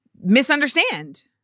misunderstand